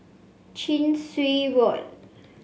Chin Swee Road